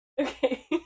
Okay